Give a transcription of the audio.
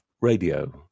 Radio